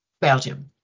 Belgium